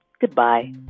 goodbye